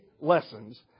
lessons